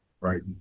Right